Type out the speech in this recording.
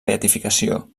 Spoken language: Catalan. beatificació